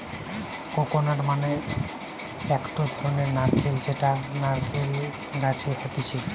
coconut মানে একটো ধরণের নারকেল যেটা নারকেল গাছে হতিছে